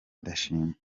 indashima